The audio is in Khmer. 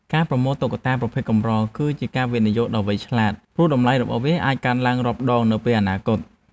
ការប្រមូលតុក្កតាប្រភេទកម្រ គឺជាការវិនិយោគដ៏វៃឆ្លាត ព្រោះតម្លៃរបស់វាអាចកើនឡើងរាប់ដងនៅថ្ងៃអនាគត។